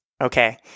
Okay